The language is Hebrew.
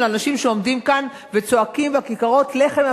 אנשים שעומדים כאן וצועקים בכיכרות: "לחם,